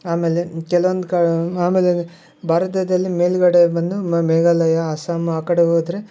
ಆಮೇಲೆ ಕೆಲೊಂದು ಕಾ ಆಮೇಲೆ ಭಾರತದಲ್ಲಿ ಮೇಲುಗಡೆ ಬಂದು ಮೇಘಾಲಯ ಅಸ್ಸಾಮ್ ಆ ಕಡೆ ಹೋದ್ರೆ